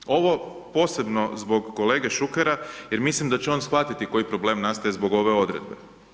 Ima još, ovo posebno zbog kolege Šukera jer mislim da će on shvatiti koji problem nastaje zbog ove odredbe.